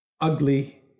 ugly